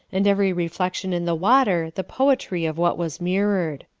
and every reflection in the water the poetry of what was mirrored.